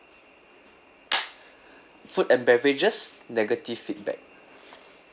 food and beverages negative feedback